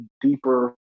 deeper